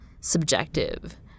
subjective